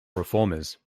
reformers